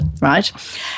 right